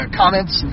comments